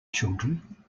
children